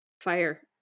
fire